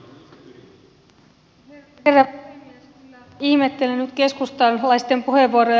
kyllä ihmettelen nyt keskustalaisten puheenvuoroja